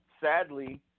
sadly